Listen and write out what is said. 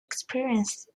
experienced